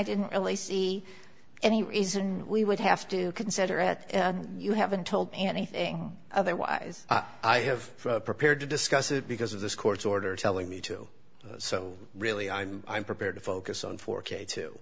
didn't really see any reason we would have to consider at you haven't told anything otherwise i have prepared to discuss it because of this court's order telling me to so really i'm i'm prepared to focus on four k two